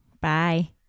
Bye